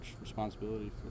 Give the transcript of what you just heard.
responsibility